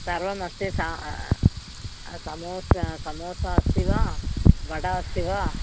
सर्वमस्ति सा समोसा समोसा अस्ति वा वडा अस्ति वा